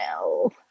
no